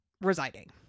residing